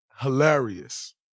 Hilarious